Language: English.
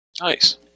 Nice